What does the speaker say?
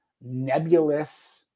nebulous